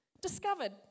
discovered